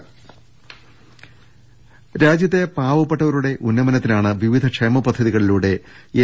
രദ്ദേഷ്ടങ രാജ്യത്തെ പാവപ്പെട്ടവരുടെ ഉന്നമനത്തിനാണ് വിവിധ ക്ഷേമപദ്ധതിക ളിലൂടെ എൻ